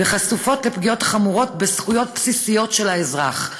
וחשופות לפגיעות חמורות בזכויות בסיסיות של האזרח,